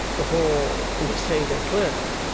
for miss ada clare.